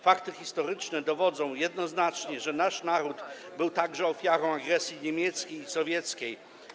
Fakty historyczne dowodzą jednoznacznie, że nasz naród był także ofiarą agresji niemieckiej i sowieckiej.